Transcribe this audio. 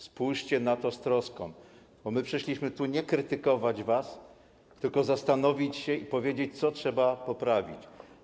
Spójrzcie na to z troską, bo przyszliśmy tu nie krytykować was, tylko zastanowić się i powiedzieć, co trzeba poprawić.